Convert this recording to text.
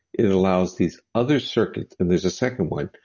it allows these other circuits, and there's a second one,